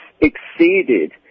exceeded